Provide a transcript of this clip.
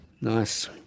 Nice